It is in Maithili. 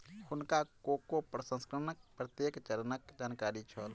हुनका कोको प्रसंस्करणक प्रत्येक चरणक जानकारी छल